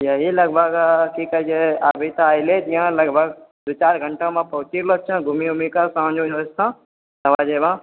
यहि लगभग की कहै छै अभी तऽ आएले छिए लगभग दू चार घण्टामे पहुँचि रहल छिऐ घुमि कऽ साँझ वुझ होए जेतो छओ बजेमे